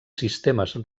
sistemes